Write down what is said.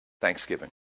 Thanksgiving